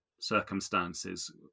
circumstances